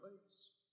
place